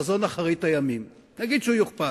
חזון אחרית הימים, נגיד שהוא יוכפל,